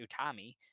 Utami